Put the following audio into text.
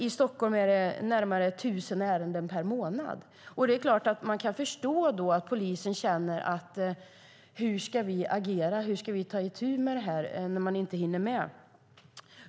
I Stockholm är det närmare 1 000 ärenden per månad. Det är klart att man kan förstå att polisen undrar hur de ska agera och hur de ska ta itu med det här när de inte hinner med.